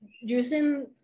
using